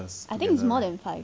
I think it's more than five